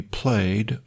played